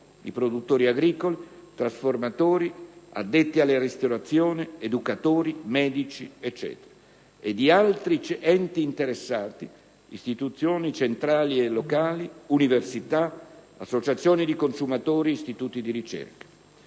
(produttori agricoli, trasformatori, addetti alla ristorazione, educatori, medici, eccetera) e di altri enti interessati (istituzioni centrali e locali, università, associazioni di consumatori, istituti di ricerca,